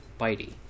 bitey